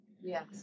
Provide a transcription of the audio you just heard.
Yes